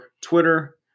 Twitter